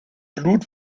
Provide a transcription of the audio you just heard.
blut